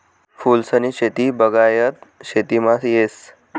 फूलसनी शेती बागायत शेतीमा येस